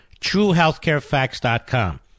truehealthcarefacts.com